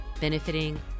benefiting